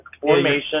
formation